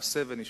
נעשה ונשמע.